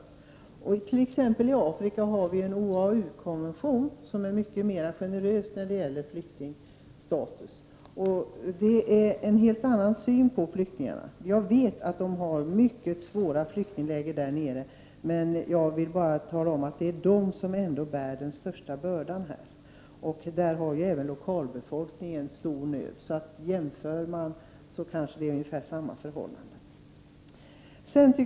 I Afrika finns t.ex. en OAU-konvention, som är mycket mera generös när det gäller flyktingstatus. Man har en helt annan syn på flyktingar. Jag vet att man har mycket dåliga flyktingläger där nere, men jag vill tala om, att det ändå är de som bär den största bördan. Där lider ju även lokalbefolkningen stor nöd, så det kanske är ungefär samma förhållanden om man jämför.